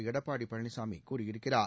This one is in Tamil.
எடப்பாடி பழனிசாமி கூறியிருக்கிறார்